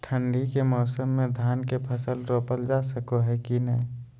ठंडी के मौसम में धान के फसल रोपल जा सको है कि नय?